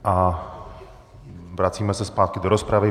A vracíme se zpátky do rozpravy.